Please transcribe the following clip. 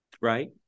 right